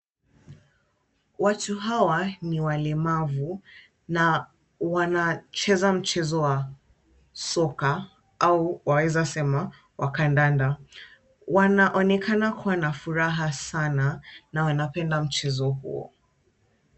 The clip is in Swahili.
Watu hawa ni walemavu na wanacheza mchezo wa soka au waweza sema wa kandanda. Wanaonekana kuwa na furaha sana na wanapenda mchezo huo.